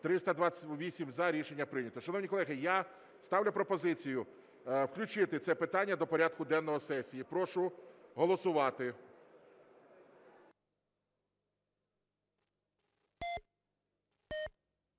За-328 Рішення прийнято. Шановні колеги, я ставлю пропозицію включити це питання до порядку денного сесії. Прошу голосувати.